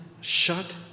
shut